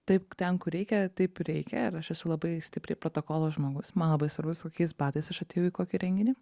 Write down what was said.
taip ten kur reikia taip ir reikia ir aš esu labai stipriai protokolo žmogus man labai svarbu su kokiais batais aš atėjau į kokį renginį